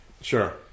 Sure